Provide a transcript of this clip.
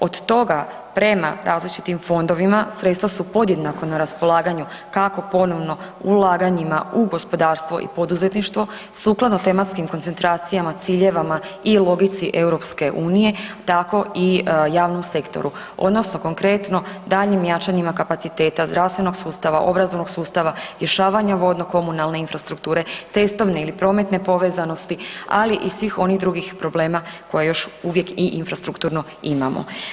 Od toga prema različitim fondovima sredstva su podjednako na raspolaganju kako ponovno ulaganjima u gospodarstvo i poduzetništvo sukladno tematskim koncentracijama, ciljevima i logici EU tako i javnom sektoru odnosno konkretno daljnjim jačanjima kapaciteta zdravstvenog sustava, obrazovnog sustava, rješavanja vodno komunalne infrastrukture, cestovne ili prometne povezanosti, ali i svih onih drugih problema koje još uvijek i infrastrukturno imamo.